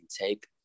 Take